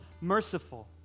merciful